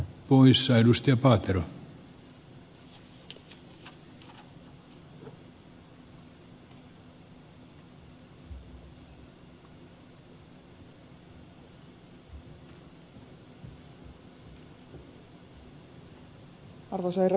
arvoisa herra puhemies